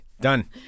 done